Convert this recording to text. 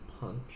punch